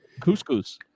couscous